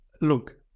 look